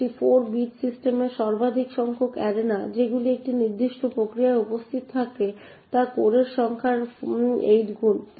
64 bit সিস্টেমে সর্বাধিক সংখ্যক অ্যারেনা যেগুলি একটি নির্দিষ্ট প্রক্রিয়ায় উপস্থিত থাকে তা কোরের সংখ্যার 8 গুণ